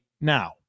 now